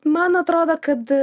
man atrodo kad